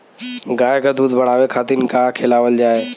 गाय क दूध बढ़ावे खातिन का खेलावल जाय?